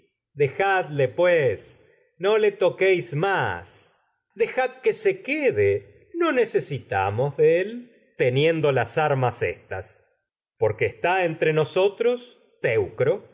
dejadle no le toquéis más dejad que se quede do las armas necesitamos de él tenien étas porque está entre nosotros teucro